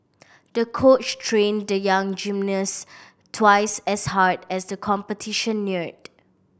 the coach trained the young gymnast twice as hard as the competition neared